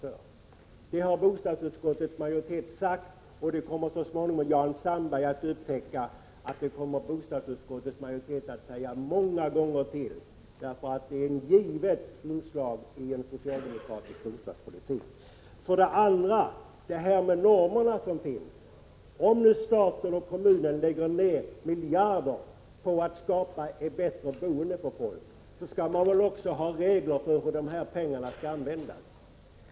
Det har bostadsutskottets majoritet sagt, och Jan Sandberg kommer så småningom att upptäcka att det kommer bostadsutskottets majoritet att säga många gånger till, för detta är ett givet inslag i en socialdemokratisk bostadspolitik. Beträffande de normer som finns: Om stat och kommun lägger ned miljarder på att skapa ett bättre boende för folk, då skall det väl också finnas regler för hur pengarna skall användas?